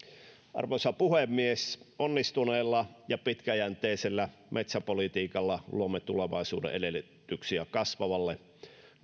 arvoisa puhemies onnistuneella ja pitkäjänteisellä metsäpolitiikalla luomme tulevaisuuden edellytyksiä niin kasvavalle